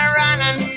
running